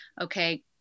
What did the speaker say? okay